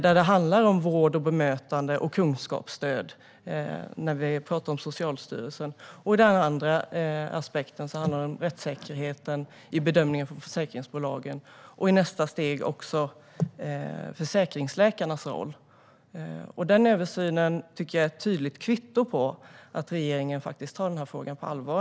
Det handlar om vård, bemötande och kunskapsstöd när vi talar om Socialstyrelsen. Beträffande den andra aspekten handlar det om rättssäkerheten i bedömningen från försäkringsbolagen och i nästa steg också om försäkringsläkarnas roll. Jag tycker att denna översyn är ett tydligt kvitto på att regeringen tar den här frågan på allvar.